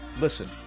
listen